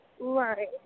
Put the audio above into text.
Right